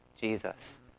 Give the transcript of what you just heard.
Jesus